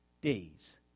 days